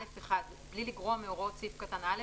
(א1) בלי לגרוע מהוראות סעיף קטן (א),